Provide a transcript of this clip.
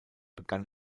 begann